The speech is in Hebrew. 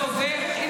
אישור שלהם.